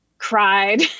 Cried